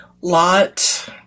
Lot